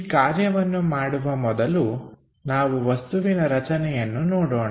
ಈ ಕಾರ್ಯವನ್ನು ಮಾಡುವ ಮೊದಲು ನಾವು ವಸ್ತುವಿನ ರಚನೆಯನ್ನು ನೋಡೋಣ